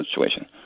situation